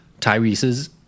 Tyrese's